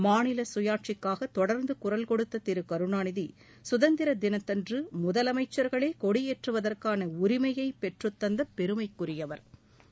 மாநில சுயாட்சிக்காக தொடர்ந்து சூரல் கொடுத்த திரு கருணாநிதி சுதந்திரத் தினத்தன்று முதலமைச்சா்களே கொடியேற்றுவதற்கான உரிமையை பெற்றுத்தந்த பெருமைக்குரியவா்